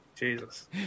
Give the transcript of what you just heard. Jesus